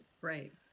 right